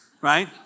right